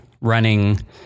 running